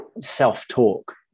self-talk